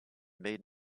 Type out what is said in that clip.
made